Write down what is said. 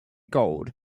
gold